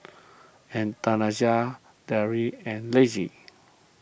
Anastasia Daryle and Lacy